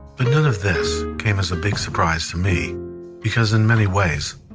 but none of this came as a big surprise to me because, in many ways,